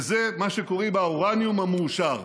וזה מה שקוראים האורניום המעושר.